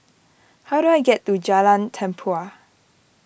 how do I get to Jalan Tempua